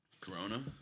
Corona